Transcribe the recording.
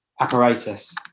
apparatus